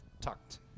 tucked